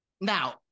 now